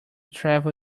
travel